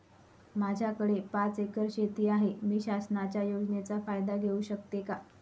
माझ्याकडे पाच एकर शेती आहे, मी शासनाच्या योजनेचा फायदा घेऊ शकते का?